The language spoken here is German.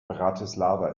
bratislava